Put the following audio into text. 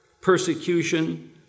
persecution